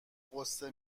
غصه